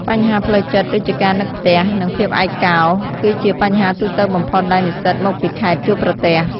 បញ្ហាផ្លូវចិត្តដូចជាការនឹកផ្ទះ និងភាពឯកោ គឺជាបញ្ហាទូទៅបំផុតដែលនិស្សិតមកពីខេត្តជួបប្រទះ។